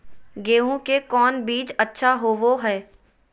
गेंहू के कौन बीज अच्छा होबो हाय?